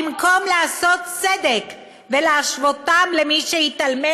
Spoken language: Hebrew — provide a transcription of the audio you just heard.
במקום לעשות צדק ולהשוותם למי שהתאלמן